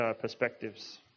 perspectives